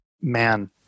man